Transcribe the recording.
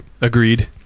Agreed